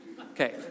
Okay